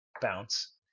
Bounce